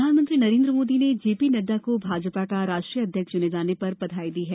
प्रधानमंत्री नरेंद्र मोदी ने जेपी नड्डा को भाजपा का राष्ट्रीय अध्यक्ष चुने जाने पर बधाई दी है